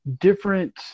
different